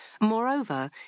moreover